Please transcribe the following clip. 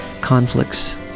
conflicts